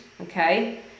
Okay